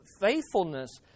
faithfulness